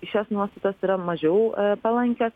šios nuostatos yra mažiau palankios